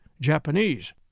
Japanese—